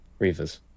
Reavers